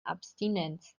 abstinenz